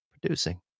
Producing